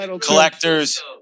collectors